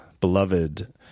beloved